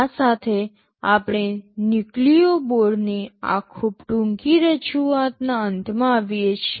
આ સાથે આપણે ન્યુક્લિયો બોર્ડની આ ખૂબ ટૂંકી રજૂઆતના અંતમાં આવીએ છીએ